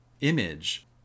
image